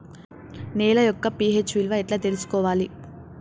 నేల యొక్క పి.హెచ్ విలువ ఎట్లా తెలుసుకోవాలి?